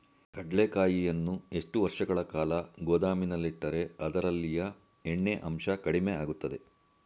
ಕಡ್ಲೆಕಾಯಿಯನ್ನು ಎಷ್ಟು ವರ್ಷಗಳ ಕಾಲ ಗೋದಾಮಿನಲ್ಲಿಟ್ಟರೆ ಅದರಲ್ಲಿಯ ಎಣ್ಣೆ ಅಂಶ ಕಡಿಮೆ ಆಗುತ್ತದೆ?